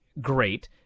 great